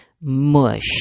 mush